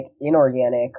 inorganic